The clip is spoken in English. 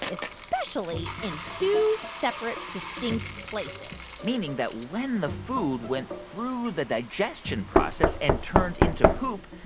especially in two separate, distinct places meaning that when the food went through the digestion process and turned into poop,